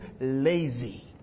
lazy